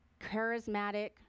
charismatic